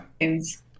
games